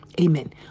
Amen